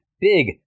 big